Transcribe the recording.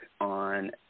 on